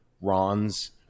Ron's